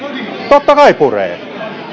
totta kai puree